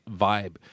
vibe